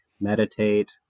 meditate